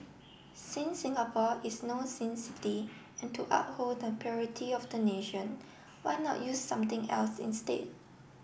since Singapore is no sin city and to uphold the purity of the nation why not use something else instead